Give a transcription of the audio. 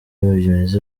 bimeze